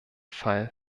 fall